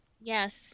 Yes